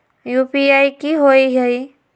UPI कि होअ हई?